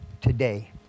today